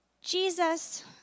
jesus